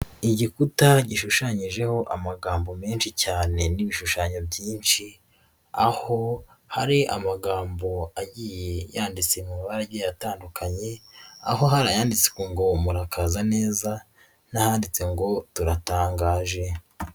Igikuta gishushanyijeho amagambo menshi cyane n'ibishushanyo byinshi, aho hari amagambo agiye yanditse mu mabara agiye atandukanye aho hari ayanditswe ngo murakaza neza n'anditse ngo turatangaje.